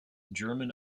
german